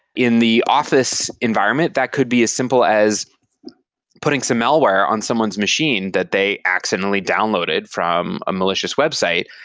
in the office environment that could be as simple as putting some malware on someone's machine that they accidentally downloaded from a malicious website,